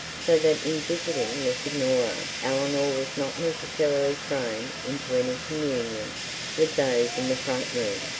so that in visiting the signora, eleanor was not necessarily thrown into any communication with those in the front room.